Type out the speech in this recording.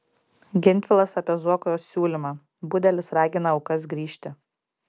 gentvilas apie zuoko siūlymą budelis ragina aukas grįžti